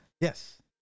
Yes